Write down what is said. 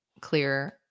clear